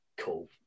cool